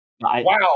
Wow